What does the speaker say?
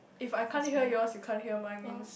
if I can't hear yours you can't hear mine means